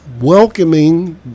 welcoming